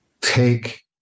take